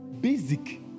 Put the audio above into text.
Basic